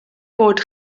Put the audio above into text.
bod